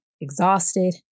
exhausted